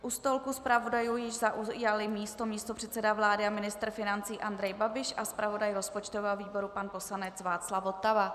U stolku zpravodajů již zaujali místo místopředseda vlády a ministr financí Andrej Babiš a zpravodaj rozpočtového výboru pan poslanec Václav Votava.